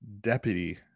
Deputy